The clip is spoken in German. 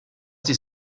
sich